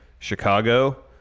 chicago